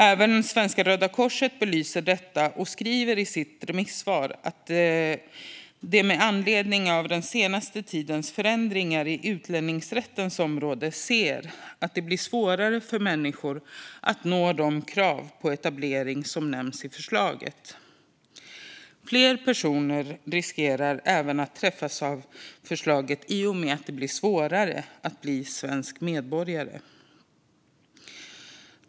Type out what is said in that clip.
Även Svenska Röda Korset belyser detta och skriver i sitt remissvar att man med anledning av den senaste tidens förändringar på utlänningsrättens område ser att det blir svårare för människor att uppfylla de krav på etablering som nämns i förslaget. Det finns också risk att fler personer träffas av förslaget i och med att det blir svårare att bli svensk medborgare.